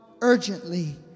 urgently